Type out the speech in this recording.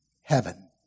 heaven